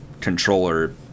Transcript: controller